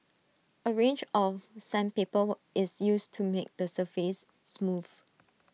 A range of sandpaper were is used to make the surface smooth